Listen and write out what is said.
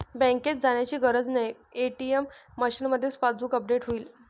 बँकेत जाण्याची गरज नाही, ए.टी.एम मशीनमध्येच पासबुक अपडेट होईल